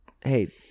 Hey